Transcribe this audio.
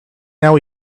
now